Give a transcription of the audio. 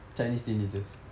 chinese teenagers